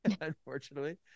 unfortunately